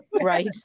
Right